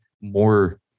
more